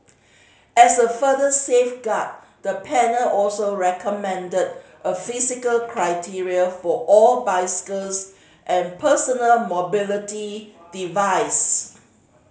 as a further safeguard the panel also recommended a physical criteria for all bicycles and personal mobility device